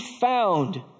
found